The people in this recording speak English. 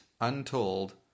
untold